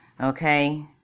Okay